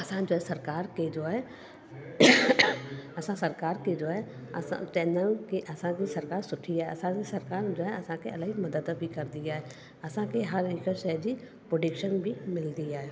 असांजो आहे सरकारि खे जो आहे असां सरकारि खे जो आहे असां चवंदा आहियूं कि असांजी सरकारि सुठी आहे असांजी सरकारि जो आहे असांखे इलाही मदद बि कंदी आहे असांखे हर हिकु शइ जी पोडीक्शन बि मिलंदी आहे